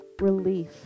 relief